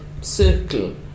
circle